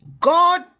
God